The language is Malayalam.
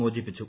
മോചിപ്പിച്ചു